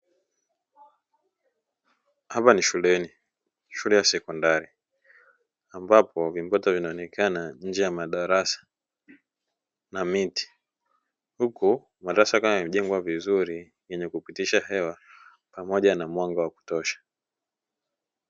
Hapa ni shuleni, shule ya sekondari; ambapo vimbweta vinaonekana nje ya madarasa na miti, huku madarasa yakiwa yamejengwa vizuri yenye kupitisha hewa pamoja na mwanga wa kutosha.